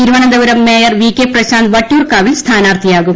Thiruvananthapuram mayor V K Prashanth വട്ടിയൂർക്കാവിൽ സ്ഥാനാർത്ഥിയാകും